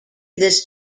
this